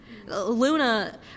Luna